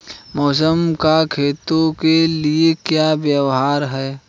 मौसम का खेतों के लिये क्या व्यवहार है?